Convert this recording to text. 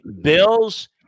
Bills